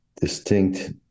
distinct